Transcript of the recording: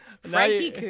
Frankie